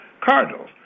Cardinals